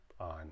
on